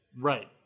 right